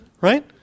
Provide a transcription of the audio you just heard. Right